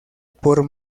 por